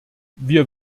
wir